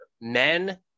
men